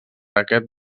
aquest